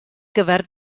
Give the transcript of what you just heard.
gyfer